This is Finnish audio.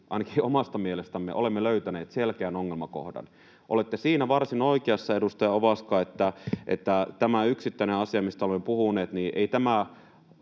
ainakin omasta mielestämme, olemme löytäneet selkeän ongelmakohdan. Olette siinä varsin oikeassa, edustaja Ovaska, että tämä yksittäinen asia, mistä olemme puhuneet, ei tule